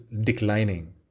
declining